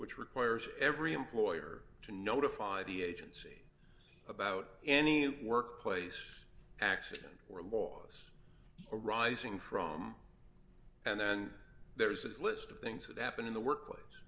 which requires every employer to notify the agency about any workplace accident or laws arising from and then there's a list of things that happen in the workplace